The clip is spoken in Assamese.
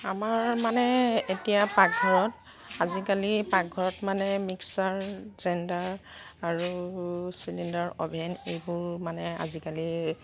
আমাৰ মানে এতিয়া পাকঘৰত আজিকালি পাকঘৰত মানে মিক্সাৰ গ্ৰাইণ্ডাৰ আৰু চিলিণ্ডাৰ অ'ভেন এইবোৰ মানে আজিকালি